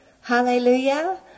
Hallelujah